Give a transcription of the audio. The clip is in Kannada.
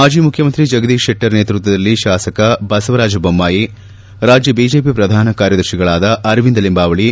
ಮಾಜಿ ಮುಖ್ಯಮಂತ್ರಿ ಜಗದೀಶ್ ಶೆಟ್ಟರ್ ನೇತೃತ್ವದಲ್ಲಿ ಶಾಸಕ ಬಸವರಾಜ ಬೊಮ್ದಾಯಿ ರಾಜ್ಯ ಬಿಜೆಪಿ ಪ್ರಧಾನ ಕಾರ್ಯದರ್ಶಿಗಳಾದ ಅರವಿಂದ ಲಿಂಬಾವಳಿ